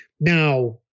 Now